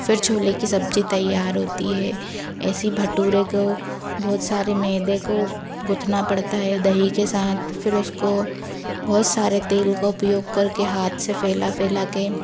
फिर छोले की सब्जी तैयार होती है ऐसे ही भटूरे को बहुत सारे मैदे को गूथना पड़ता है दही के साथ फिर उसको बहुत सारे तेल का उपयोग करके हाथ से फैला फैला के